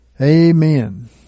Amen